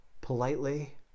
politely